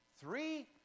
Three